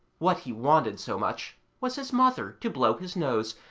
what he wanted so much was his mother to blow his nose,